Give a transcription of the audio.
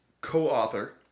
co-author